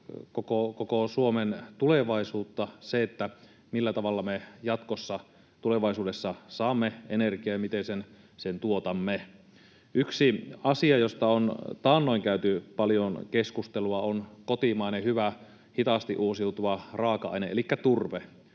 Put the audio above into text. koko Suomen tulevaisuutta, millä tavalla me jatkossa tulevaisuudessa saamme energiaa ja miten sen tuotamme. Yksi asia, josta on taannoin käyty paljon keskustelua, on kotimainen hyvä, hitaasti uusiutuva raaka-aine elikkä turve,